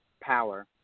power